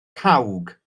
cawg